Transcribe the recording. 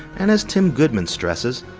and as tim goodman stresses,